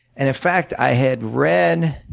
and in fact, i had read